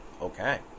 Okay